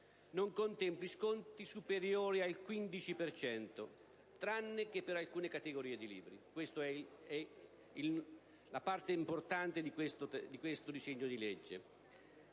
non contempli sconti superiori al 15 per cento (tranne che per alcune categorie di libri). Questa è la parte importante del disegno di legge.